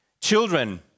children